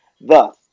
thus